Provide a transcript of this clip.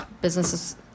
businesses